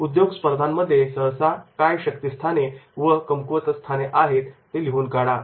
उद्योग स्पर्धांमध्ये सहसा काय शक्तिस्थाने व कमकुवतच स्थाने आहेत हे लिहून काढा